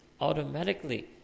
automatically